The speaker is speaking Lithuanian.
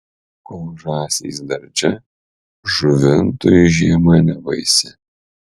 kol žąsys dar čia žuvintui žiema nebaisi